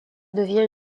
devient